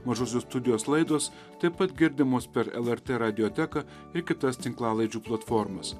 mažosios studijos laidos taip pat girdimos per lrt radioteką ir kitas tinklalaidžių platformas